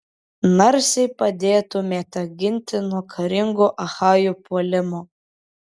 narsiai padėtumėte ginti nuo karingų achajų puolimo